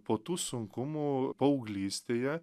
po tų sunkumų paauglystėje